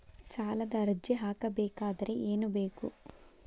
ಸಾಲದ ಅರ್ಜಿ ಹಾಕಬೇಕಾದರೆ ಏನು ಬೇಕು?